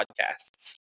podcasts